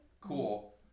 Cool